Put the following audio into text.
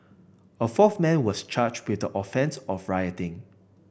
a fourth man was charged with the offence of rioting